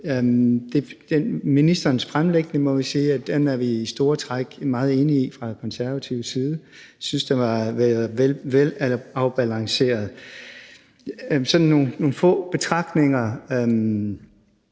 Ministerens fremlægning må vi sige at vi i store træk er meget enige i fra konservativ side. Vi synes, det var velafbalanceret. Så har jeg nogle få betragtninger,